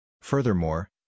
Furthermore